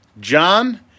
John